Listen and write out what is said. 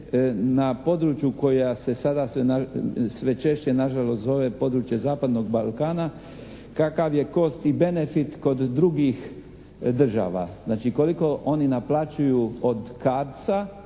na području koja sada se sve češće nažalost zove područje zapadnog Balkana kakav je kost i benefit kod drugih država, znači koliko oni naplaćuju od